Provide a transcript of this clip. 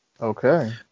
Okay